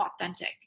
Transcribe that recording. authentic